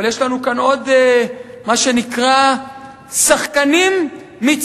אבל יש לנו כאן עוד מה שנקרא "שחקנים מצטיינים".